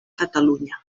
catalunya